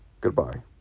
goodbye